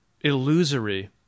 illusory